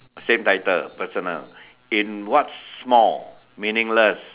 same title personal in what small meaningless